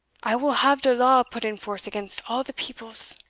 i will have de law put in force against all the peoples.